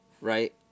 Right